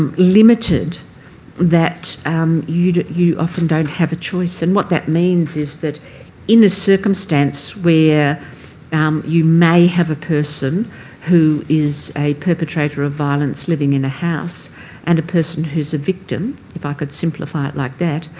um limited that you that you often don't have a choice. and what that means is in a circumstance where um you may have a person who is a perpetrator of violence living in a house and a person who's a victim, if i could simplify it like that,